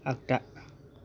आगदा